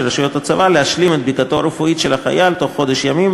רשויות הצבא להשלים את בדיקתו הרפואית של החייל בתוך חודש ימים,